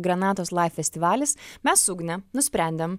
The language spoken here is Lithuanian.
granatos laif festivalis mes su ugne nusprendėm